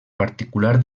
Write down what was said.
particular